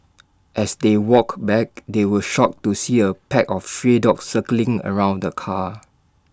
as they walked back they were shocked to see A pack of stray dogs circling around the car